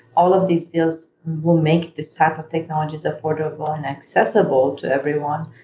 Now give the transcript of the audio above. all of these deals will make this type of technologies affordable and accessible to everyone,